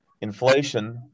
inflation